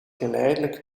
geleidelijk